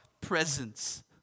presence